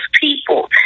people